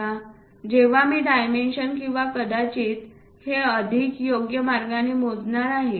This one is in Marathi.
आता जेव्हा मी हे डायमेन्शन किंवा कदाचित हे अधिक योग्य मार्गाने मोजणार आहे